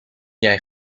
jij